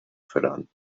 füttern